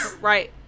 right